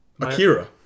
Akira